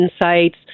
insights